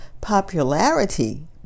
Popularity